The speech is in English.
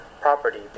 property